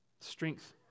Strength